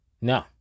No